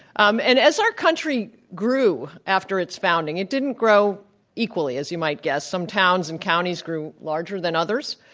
um and as our country grew after its founding, it didn't grow equally, as you might guess. some towns and counties grew larger than others,